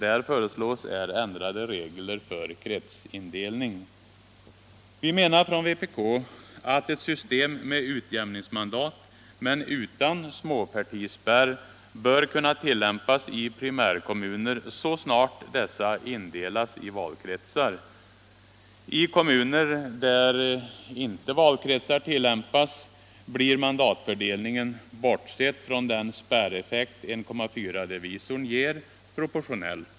Alökcorssisg äl sn sh nde Vi menar i vänsterpartiet kommunisterna att ett system med utjäm Nytt valsystem vid ningsmandat men utan småpartispärr bör kunna tillämpas i primärkomlandstingsval, muner så snart dessa indelas i valkretsar. I kommuner där systemet med m.m. valkretsindelning inte tillämpas blir mandatfördelningen — bortsett från den spärreffekt som 1,4-divisorn ger — proportionell.